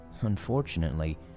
Unfortunately